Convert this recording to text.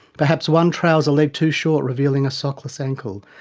perhaps one trouser leg too short revealing a sockless ankle,